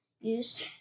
use